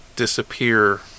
Disappear